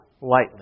lightly